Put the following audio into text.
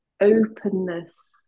openness